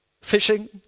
fishing